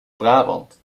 brabant